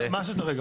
רגע,